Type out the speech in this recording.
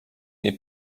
nie